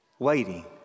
Waiting